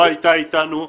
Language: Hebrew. לא היית איתנו באולם.